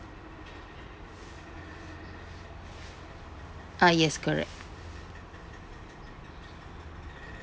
uh yes correct